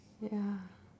ya